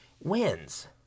wins